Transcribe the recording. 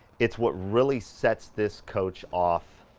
it's what really sets this coach off.